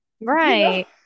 Right